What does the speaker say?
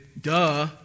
Duh